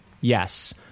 yes